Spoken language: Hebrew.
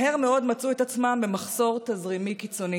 מהר מאוד מצאו את עצמם במחסור תזרימי קיצוני.